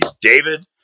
David